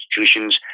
institutions